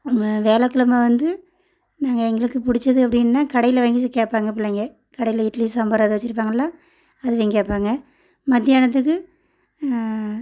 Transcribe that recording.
அப்புறமே வியாழக்கிலம வந்து நாங்கள் எங்களுக்கு பிடிச்சது அப்படின்னா கடையில் வாங்கி கேட்பாங்க பிள்ளைங்க கடையில் இட்லி சாம்பார் அது வச்சிருப்பாங்கல்ல அது வாங்கிக் கேட்பாங்க மத்தியானதுக்கு